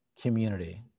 community